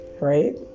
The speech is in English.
right